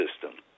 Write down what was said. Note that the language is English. system